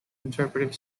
interpretive